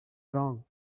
wrong